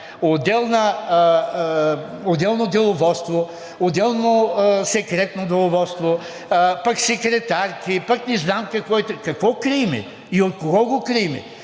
отделно деловодство, отделно секретно деловодство, пък секретарки, пък не знам какво... Какво крием и от кого го крием?